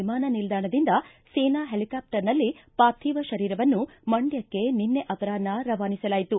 ವಿಮಾನ ನಿಲ್ದಾಣದಿಂದ ಸೇನಾ ಹೆಲಿಕ್ಯಾಪ್ಟರ್ನಲ್ಲಿ ಪಾರ್ಥಿವ ಶರೀರವನ್ನು ಮಂಡ್ಯಕ್ಕೆ ನಿನ್ನೆ ಅಪರಾಹ್ನ ರವಾನಿಸಲಾಯಿತು